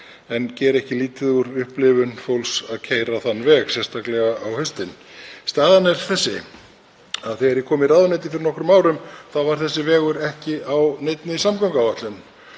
en geri ekki lítið úr upplifun fólks að keyra þann veg, sérstaklega á haustin. Staðan er sú að þegar ég kom í ráðuneytið fyrir nokkrum árum var þessi vegur ekki á neinni samgönguáætlun.